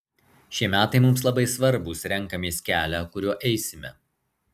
šie metai mums labai svarbūs renkamės kelią kuriuo eisime